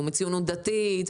הוא מציונות דתית,